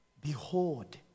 Behold